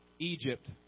Egypt